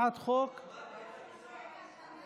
הוועדה למעמד האישה.